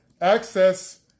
access